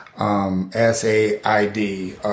S-A-I-D